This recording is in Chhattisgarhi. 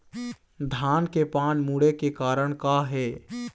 धान के पान मुड़े के कारण का हे?